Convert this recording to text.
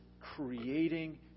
creating